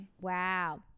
Wow